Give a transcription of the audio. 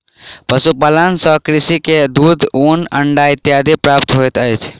पशुपालन सॅ कृषक के दूध, ऊन, अंडा इत्यादि प्राप्त होइत अछि